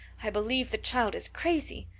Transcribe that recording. i believe the child is crazy.